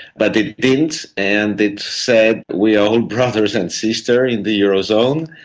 but they didn't and it said we're all brothers and sisters in the euro zone,